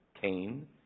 Cain